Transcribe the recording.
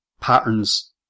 patterns